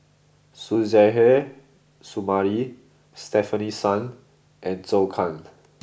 Suzairhe Sumari Stefanie Sun and Zhou Can